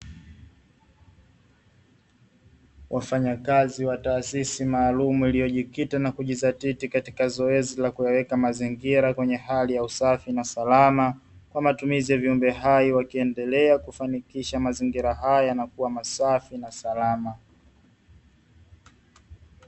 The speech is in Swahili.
Wafanyakazi wa taasisi maalumu iliyojikita na kijizatiti katika zoezi la kuyaweka mazingira kwenye hali ya usafi na salama kwa matumizi ya viumbe hai, wakiendelea kufanikisha mazingira haya na kuwa masafi na salama.